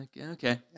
okay